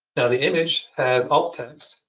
now, the image has alt text.